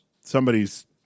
somebody's